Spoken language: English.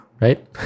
right